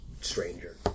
stranger